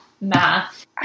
Math